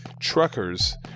truckers